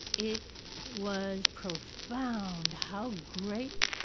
it was profound how great,